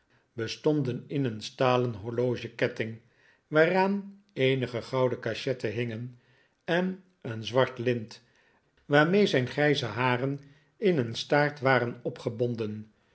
bestonden in een stalen horlogeketting waaraan eenige gouden cachetten hingen en een zwart lint waarmee zijn grijze haren in een staart waren